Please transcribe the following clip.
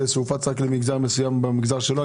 הופץ רק למגזר מסוים במגזר שלו.